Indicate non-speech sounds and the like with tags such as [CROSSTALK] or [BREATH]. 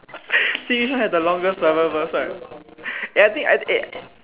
[BREATH] see which one has the longest bible verse right eh I think eh